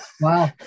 Wow